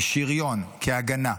כשריון, כהגנה,